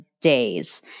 days